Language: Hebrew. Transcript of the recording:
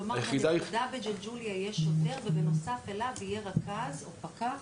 כלומר ביחידה בג'לג'וליה יש שוטר ובנוסף אליו יהיה רכז או פקח,